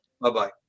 Bye-bye